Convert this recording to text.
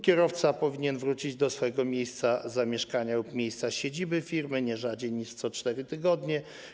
Kierowca powinien wrócić do swojego miejsca zamieszkania lub miejsca siedziby firmy nie rzadziej niż co 4 tygodnie.